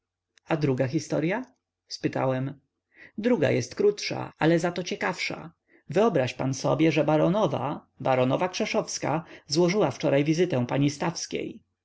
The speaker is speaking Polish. a druga historya spytałem druga jest krótsza ale zato ciekawsza wyobraź pan sobie że baronowa baronowa krzeszowska złożyła wczoraj wizytę pani stawskiej oj